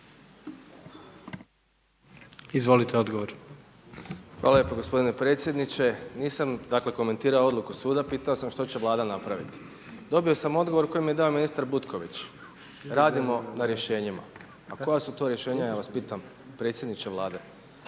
Domagoj (SDP)** Hvala lijepo gospodine predsjedniče. Nisam dakle komentirao odluku suda, pitao sam što će Vlada napraviti. Dobio sam odgovor koji mi je dao ministar Butković. Radimo na rješenjima, a koja su to rješenja, ja vas pitam, predsjedniče Vlade?